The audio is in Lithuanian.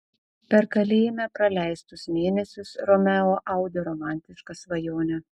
per kalėjime praleistus mėnesius romeo audė romantišką svajonę